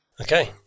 Okay